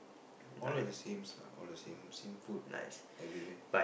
all the same lah all the same same food everywhere